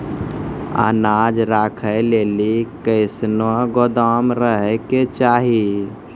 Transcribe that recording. अनाज राखै लेली कैसनौ गोदाम रहै के चाही?